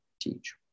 teach